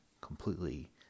completely